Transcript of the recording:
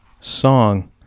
song